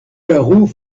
garous